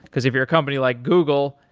because if you're a company like google,